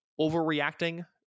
overreacting